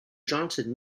johnson